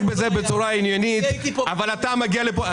בזה בצורה עניינית אבל אתה מגיע לכאן.